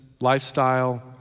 lifestyle